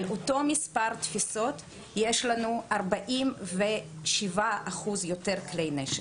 על אותו מספר תפיסות יש לנו 47 אחוז יותר כלי נשק.